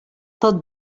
tot